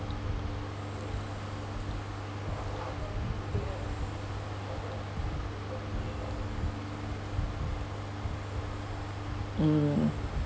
um